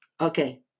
Okay